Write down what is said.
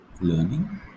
learning